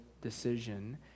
decision